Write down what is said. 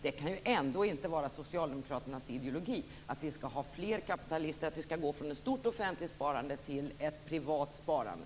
Det kan väl ändå inte vara socialdemokraternas ideologi att vi skall ha fler kapitalister och att vi skall gå från ett stort offentligt sparande till ett privat sparande.